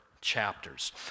chapters